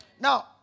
Now